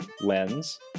lens